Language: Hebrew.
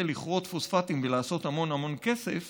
לכרות פוספטים ולעשות המון המון כסף